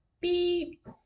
Beep